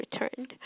returned